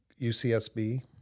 UCSB